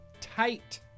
Tight